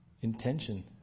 intention